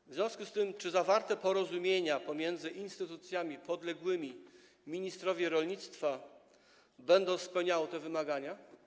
Czy w związku z tym zawarte porozumienia pomiędzy instytucjami podległymi ministrowi rolnictwa będą spełniały te wymagania?